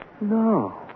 No